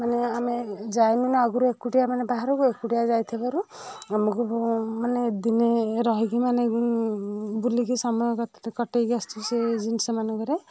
ମାନେ ଆମେ ଯାଇନୁ ନା ଆଗରୁ ଏକୁଟିଆ ମାନେ ବାହାରକୁ ଏକୁଟିଆ ଯାଇଥିବାରୁ ଆମକୁ ବହୁ ମାନେ ଦିନେ ଏରା ହେଇକି ମାନେ ବୁଲିକି ସମୟ କଟାଇକି ଆସିଛି ସେ ଜିନିଷ ମାନଙ୍କରେ